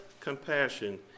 compassion